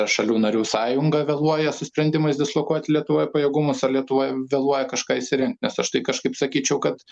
šalių narių sąjunga vėluoja su sprendimais dislokuot lietuvoje pajėgumus ar lietuvoj vėluoja kažką išsirinkt nes aš tai kažkaip sakyčiau kad